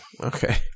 Okay